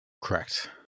Correct